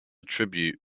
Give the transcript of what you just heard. tribute